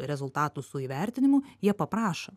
rezultatų su įvertinimu jie paprašo